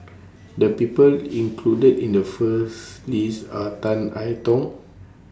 The People included in The First list Are Tan I Tong